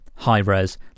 high-res